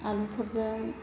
आलुफोरजों